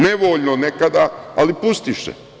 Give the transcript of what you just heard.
Nevoljno nekada, ali pustiše.